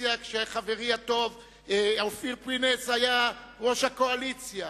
אופוזיציה כשחברי הטוב אופיר פינס היה ראש הקואליציה.